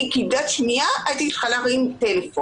אני כבדת שמיעה הייתי צריכה להרים טלפון.